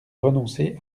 renoncer